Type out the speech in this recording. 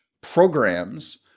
programs